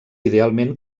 idealment